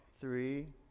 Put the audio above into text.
Three